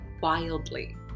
wildly